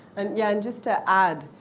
and yeah and just to add,